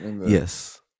yes